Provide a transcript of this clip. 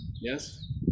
Yes